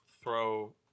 throw